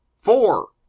fore!